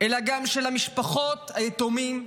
אלא גם של משפחות היתומים בישראל.